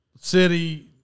city